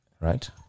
Right